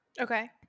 Okay